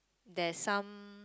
there's some